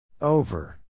Over